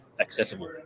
accessible